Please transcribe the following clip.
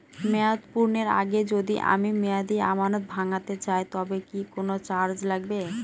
মেয়াদ পূর্ণের আগে যদি আমি মেয়াদি আমানত ভাঙাতে চাই তবে কি কোন চার্জ লাগবে?